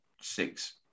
six